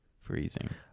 freezing